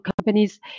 companies